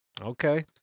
Okay